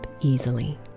easily